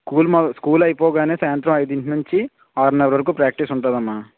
cool school అయిపోగానే సాయంత్రం ఐదింటి నుంచి ఆరున్నర వరుకు ప్రాక్టీస్ ఉంటుంది అమ్మా